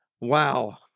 Wow